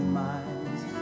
minds